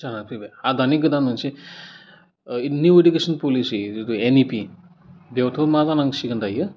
जानानै फैबाय आरो दानि गोदान मोनसे निउ एडुकेसन पलिसि जिथु एन ए पि बेयावथ' मा जानांसिगोन दायो